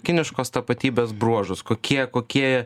kiniškos tapatybės bruožus kokie kokie